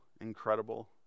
incredible